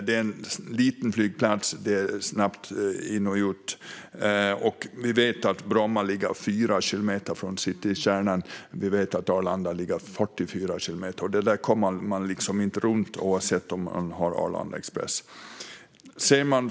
Flygplatsen är liten, och det är snabbt in och ut. Vi vet att Bromma ligger 4 kilometer från citykärnan, medan det är 44 kilometer till Arlanda. Det kommer man liksom inte runt, oavsett om man har Arlanda Express.